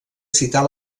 citar